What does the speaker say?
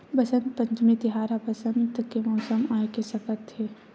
बसंत पंचमी तिहार ह बसंत के मउसम आए के सकेत होथे